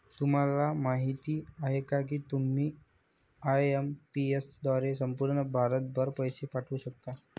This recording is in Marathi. तुम्हाला माहिती आहे का की तुम्ही आय.एम.पी.एस द्वारे संपूर्ण भारतभर पैसे पाठवू शकता